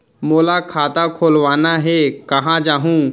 मोला खाता खोलवाना हे, कहाँ जाहूँ?